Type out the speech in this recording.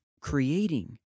creating